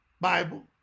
Bible